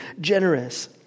generous